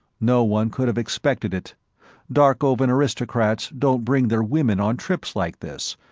no one could have expected it darkovan aristocrats don't bring their women on trips like this,